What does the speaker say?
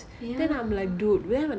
ya